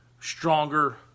stronger